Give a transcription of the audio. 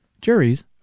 Juries